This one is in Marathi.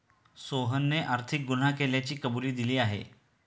सोहनने आर्थिक गुन्हा केल्याची कबुली दिली आहे